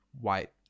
white